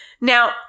Now